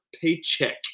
paycheck